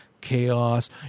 chaos